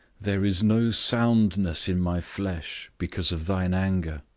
there is no soundness in my flesh, because of thine anger.